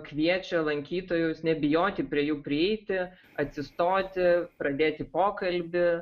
kviečia lankytojus nebijoti prie jų prieiti atsistoti pradėti pokalbį